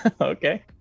okay